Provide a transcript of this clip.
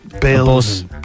bills